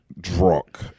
drunk